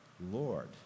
Lord